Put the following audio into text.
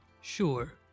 Sure